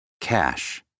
Cash